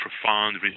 profound